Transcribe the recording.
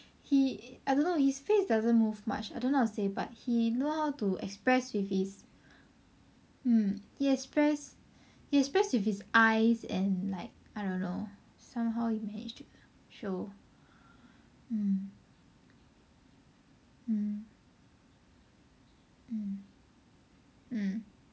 he I don't know his face doesn't move much I don't know how to say but he know how to express with his mm he express he express with his eyes and I like don't know somehow he manage to show mm mm mm mm